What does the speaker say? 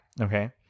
Okay